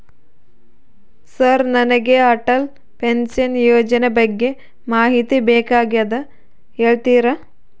Sir ನನಗೆ Atal pension Yojana ಬಗ್ಗೆ ಮಾಹಿತಿ ಬೇಕಾಗ್ಯದ ಹೇಳ್ತೇರಾ?